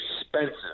expensive